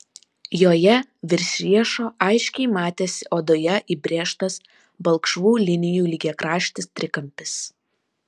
joje virš riešo aiškiai matėsi odoje įbrėžtas balkšvų linijų lygiakraštis trikampis